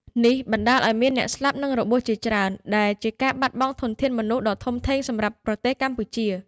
នេះបណ្ដាលឱ្យមានអ្នកស្លាប់ និងរបួសជាច្រើន ដែលជាការបាត់បង់ធនធានមនុស្សដ៏ធំធេងសម្រាប់ប្រទេសកម្ពុជា។